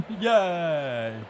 Yay